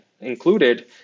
included